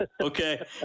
okay